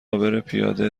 عابرپیاده